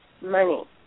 money